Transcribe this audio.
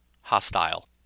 hostile